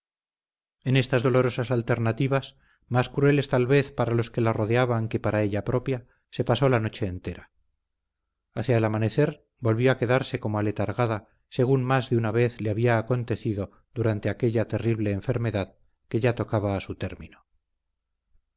en estas dolorosas alternativas más crueles tal vez para los que la rodeaban que para ella propia se pasó la noche entera hacia el amanecer volvió a quedarse como aletargada según más de una vez le había acontecido durante aquella terrible enfermedad que ya tocaba a su término